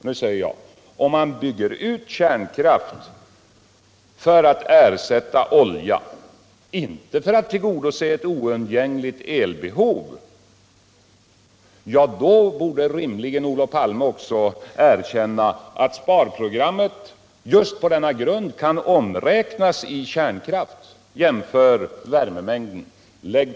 Nu säger jag: Om en utbyggnad av kärnkraften motiveras med att den skall ersätta olja, inte med att den skall tillgodose ett oundgängligt elbehov, borde Olof Palme rimligen också erkänna att ett motsvarande sparprogram kan omräknas i kärnkraft. Jämför värmemängderna!